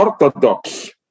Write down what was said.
orthodox